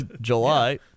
July